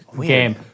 game